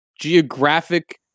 geographic